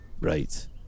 Right